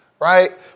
right